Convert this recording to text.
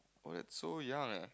oh that's so young eh